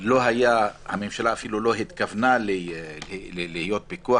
הממשלה לא התכוונה אפילו לפיקוח,